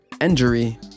injury